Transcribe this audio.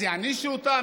אז יענישו אותם,